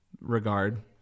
regard